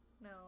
No